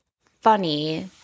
funny